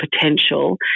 potential